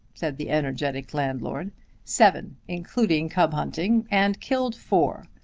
said the energetic landlord seven, including cub-hunting and killed four!